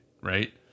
right